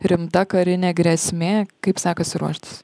rimta karinė grėsmė kaip sekasi ruoštis